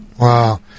wow